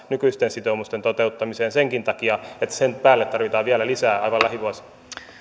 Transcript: nykyisten sitoumusten toteuttamiseen senkin takia että sen päälle tarvitaan vielä lisää aivan lähivuosina